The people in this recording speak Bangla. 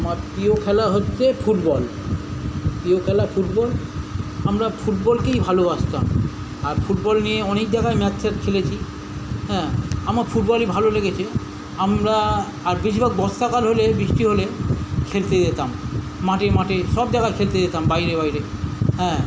আমার প্রিয় খেলা হচ্চে ফুটবল প্রিয় খেলা ফুটবল আমরা ফুটবলকেই ভালোবাসতাম আর ফুটবল নিয়ে অনেক জায়গায় ম্যাচ ট্যাচ খেলেছি হ্যাঁ আমার ফুটবলই ভালো লেগেছে আমরা আর বেশিরভাগ বর্ষাকাল হলে বৃষ্টি হলে খেলতে যেতাম মাঠে মাঠে সব জায়গায় খেলতে যেতাম বাইরে বাইরে হ্যাঁ